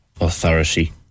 Authority